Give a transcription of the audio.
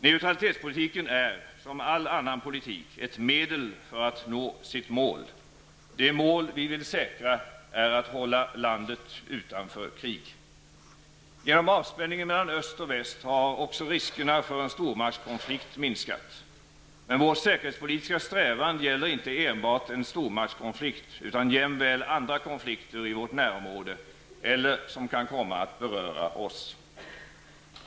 Neutralitetspolitiken är -- som all annan politik -- ett medel för att nå sitt mål. Det mål vi vill säkra är att hålla landet utanför krig. Genom avspänningen mellan öst och väst har också riskerna för en stormaktskonflikt minskat. Men vår säkerhetspolitiska strävan gäller inte enbart en stormaktskonflikt utan jämväl andra konflikter i vårt närområde eller konflikter som kan komma att beröra oss.